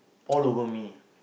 all over me